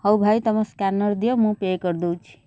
ହଉ ଭାଇ ତମ ସ୍କାନର୍ ଦିଅ ମୁଁ ପେ କରିଦେଉଛି